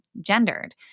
gendered